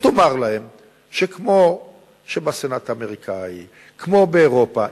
תאמר להם שכמו שבסנאט האמריקני וכמו באירופה,